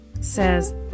says